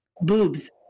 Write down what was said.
Boobs